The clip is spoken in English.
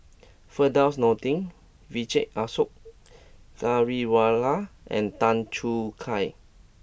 Firdaus Nordin Vijesh Ashok Ghariwala and Tan Choo Kai